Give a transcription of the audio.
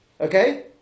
okay